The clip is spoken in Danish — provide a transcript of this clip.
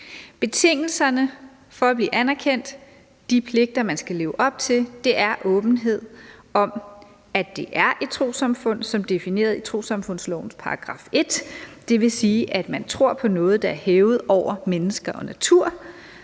Betingelserne for at blive anerkendt – de pligter, man skal leve op til – er åbenhed om, at man er et trossamfund som defineret i trossamfundslovens § 1. Det vil sige, at man tror på noget, der er hævet over mennesker og natur.